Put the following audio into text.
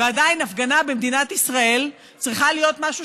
ועדיין הפגנה במדינת ישראל צריכה להיות משהו